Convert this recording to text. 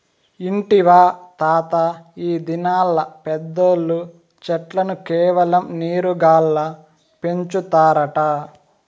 ఇంటివా తాతా, ఈ దినాల్ల పెద్దోల్లు చెట్లను కేవలం నీరు గాల్ల పెంచుతారట